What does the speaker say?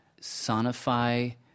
sonify